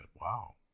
Wow